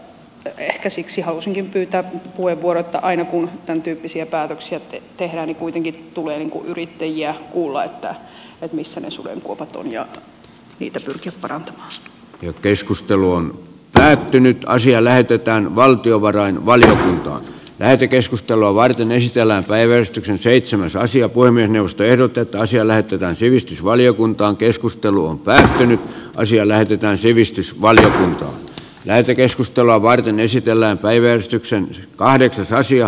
ehkä siksi halusinkin pyytää puheenvuoron että aina kun tämäntyyppisiä päätöksiä tehdään niin kuitenkin tulee yrittäjiä kuulla siitä missä ne sudenkuopat on ja asia lähetetään valtiovarainvaliokuntaan lähetekeskustelua varten ei sisällä päivä on seitsemäs asia voi minusta erotettu asia lähetetään sivistysvaliokuntaan keskusteluun päähine on siellä pitää sivistysval lähetekeskustelua varten niitä pyrkiä parantamaan